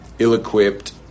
ill-equipped